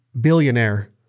billionaire